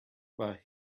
but